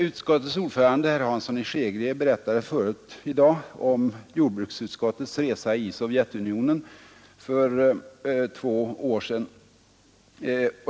Utskottets ordförande, herr Hansson i Skegrie, berättade förut i dag om jordbruksutskottets resa i Sovjetunionen för snart två år sedan.